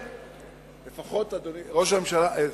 אדוני יושב-ראש הכנסת,